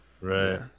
Right